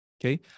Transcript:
Okay